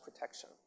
protection